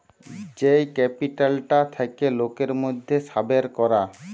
যেই ক্যাপিটালটা থাকে লোকের মধ্যে সাবের করা